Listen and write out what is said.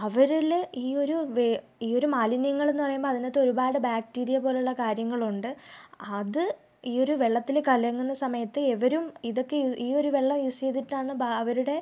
അവരിൽ ഈ ഒരു വെ ഈ ഒരു മാലിന്യങ്ങളെന്ന് പറയുമ്പോൾ അതിനകത്ത് ഒരുപാട് ബാക്ടീരിയ പോലെയുള്ള കാര്യങ്ങളുണ്ട് അത് ഈ ഒരു വെള്ളത്തിൽ കലങ്ങുന്ന സമയത്ത് ഇവരും ഇതൊക്കെ ഇ ഈ ഒരു വെള്ളം യൂസ് ചെയ്തിട്ടാണ് ബ അവരുടെ